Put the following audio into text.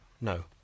No